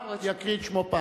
יקראו בשמו.